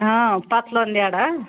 ಹಾಂ ಪತ್ಲ ಒಂದೆರಡು